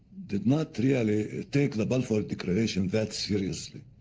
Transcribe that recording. did not really take the balfour declaration that seriously.